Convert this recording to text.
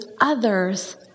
others